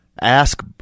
Ask